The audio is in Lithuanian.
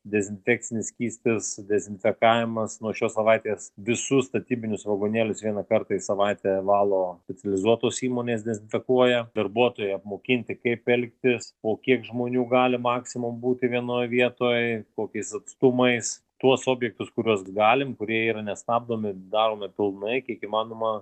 dezinfekcinis skystis dezinfekavimas nuo šios savaitės visus statybinius vagonėlius vieną kartą į savaitę valo specializuotos įmonės dezinfekuoja darbuotojai apmokinti kaip elgtis po kiek žmonių gali maksimum būti vienoj vietoj kokiais atstumais tuos objektus kuriuos galim kurie ir nestabdomi darome pilnai kiek įmanoma